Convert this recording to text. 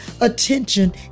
attention